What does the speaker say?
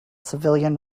civilian